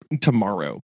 tomorrow